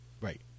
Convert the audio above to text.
Right